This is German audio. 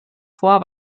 vor